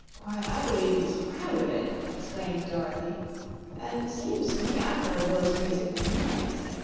why, i b'lieve he's proud of it, exclaimed dorothy and seems to me i've heard worse music than he makes.